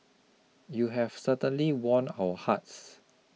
you have certainly won our hearts